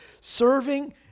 Serving